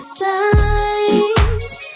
signs